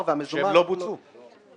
למה אתם מביאים את זה ברגע האחרון?